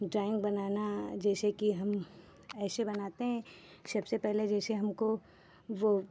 drawing बनाना जैसे कि हम ऐसे बनाते हैं सबसे पहले जैसे हमको जो